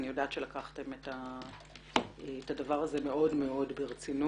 אני יודעת שלקחתם את הדבר הזה מאוד מאוד ברצינות,